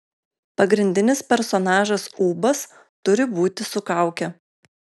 pagrindinis personažas ūbas turi būti su kauke